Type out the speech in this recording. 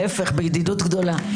להפך, בידידות גדולה.